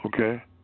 Okay